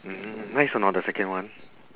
mm nice or not the second one